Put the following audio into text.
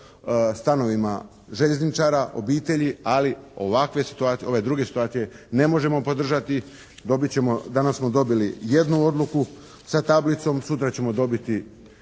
stanovima željezničara, obitelji, ali ovakve situacije, ove druge situacije ne možemo podržati. Dobiti ćemo, danas smo dobili jednu odluku sa tablicom, sutra ćemo dobiti